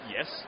Yes